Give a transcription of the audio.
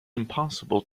impossible